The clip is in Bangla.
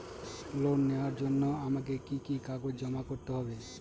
লোন নেওয়ার জন্য আমাকে কি কি কাগজ জমা করতে হবে?